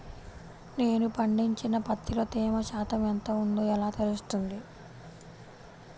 నేను పండించిన పత్తిలో తేమ శాతం ఎంత ఉందో ఎలా తెలుస్తుంది?